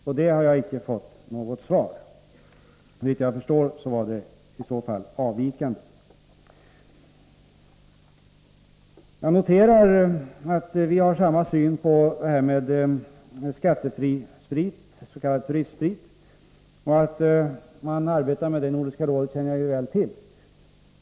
På det har jag icke fått något svar. Såvitt jag förstår var det i så fall avvikande. Jag noterar att vi har samma syn på den skattefria spriten, s.k. turistsprit. Att man arbetar med den frågan i Nordiska rådet känner jag väl till.